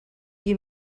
you